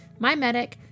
MyMedic